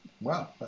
Wow